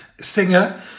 singer